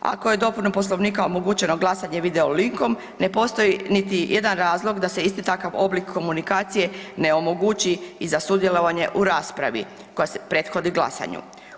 Ako je dopunom Poslovnika omogućeno glasanje video linkom ne postoji niti jedan razlog da se isti takav oblik komunikacije ne omogući i za sudjelovanje u raspravi koja se predhodi glasanju.